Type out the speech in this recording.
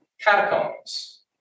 catacombs